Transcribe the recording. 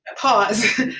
pause